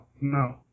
no